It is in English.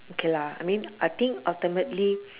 okay lah I mean I think ultimately